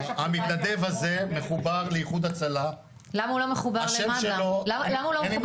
המתנדב הזה מחובר לאיחוד הצלה השם שלו אין לי מושג